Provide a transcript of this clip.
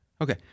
Okay